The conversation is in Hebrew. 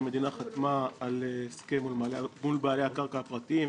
המדינה חתמה על הסכם מול בעלי הקרקע הפרטיים,